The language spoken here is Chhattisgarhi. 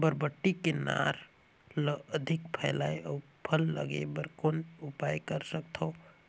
बरबट्टी के नार ल अधिक फैलाय अउ फल लागे बर कौन उपाय कर सकथव?